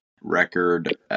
record